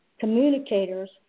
communicators